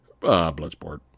Bloodsport